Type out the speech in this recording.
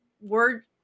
word